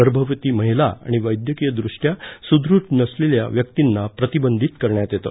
गर्भवती महिला आणि वैद्यकीय दृष्टया सुदृढ नसलेल्या व्यक्तींना प्रतिबंधित करण्यात येतं